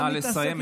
נא לסיים.